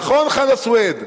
נכון, חנא סוייד?